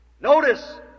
Notice